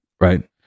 Right